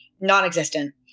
non-existent